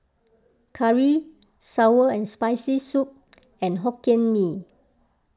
Curry Sour and Spicy Soup and Hokkien Mee